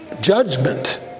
judgment